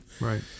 Right